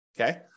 Okay